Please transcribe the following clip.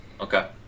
Okay